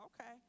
Okay